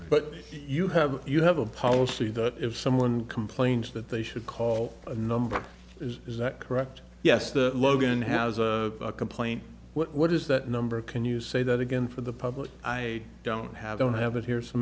but you have you have a policy that if someone complains that they should call a number is that correct yes the logan has a complaint what is that number can you say that again for the public i don't have don't have it here so